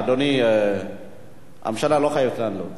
אם אתה רוצה שאנחנו נפנה גם למזכירות הכנסת או ליושב-ראש הכנסת,